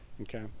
Okay